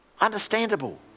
Understandable